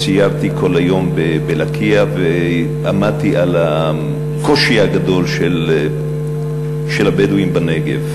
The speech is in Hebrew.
סיירתי כל היום בלקיה ועמדתי על הקושי הגדול של הבדואים בנגב,